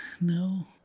No